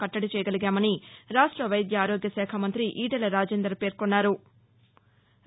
కట్టడిచేయగలిగామని రాష్ట వైద్య ఆరోగ్య శాఖ మంతి ఈటెల రాజేందర్ పేర్కొన్నారు